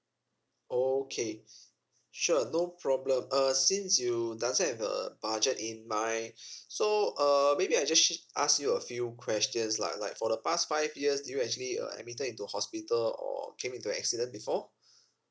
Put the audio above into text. okay sure no problem uh since you doesn't have a budget in mind so err maybe I just she~ ask you a few questions like like for the past five years did you actually uh admitted into hospital or came into an accident before